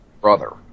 brother